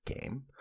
game